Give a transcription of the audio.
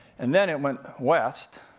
and then it went west,